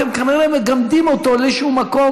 אתם כנראה מגמדים אותו לאיזשהו מקום